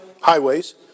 highways